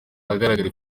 ahagaragara